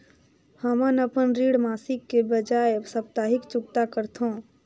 हमन अपन ऋण मासिक के बजाय साप्ताहिक चुकता करथों